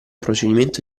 procedimento